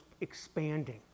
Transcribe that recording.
expanding